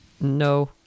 No